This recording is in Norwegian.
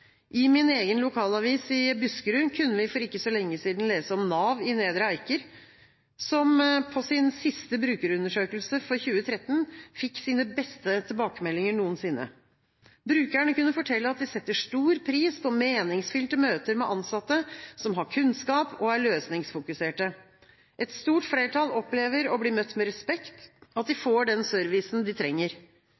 I min egen lokalavis i Buskerud kunne vi for ikke så lenge siden lese om Nav i Nedre Eiker som i sin siste brukerundersøkelse for 2013 fikk sine beste tilbakemeldinger noensinne. Brukerne kunne fortelle at de setter stor pris på meningsfylte møter med ansatte som har kunnskap og er løsningsfokuserte. Et stort flertall opplever å bli møtt med respekt, og at de